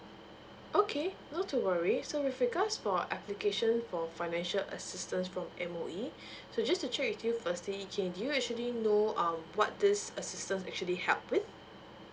okay not to worry so with regards for applications for financial assistance from M_O_E so just to check with you firstly did you actually know um what this assistance actually help with